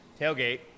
tailgate